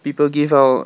people give out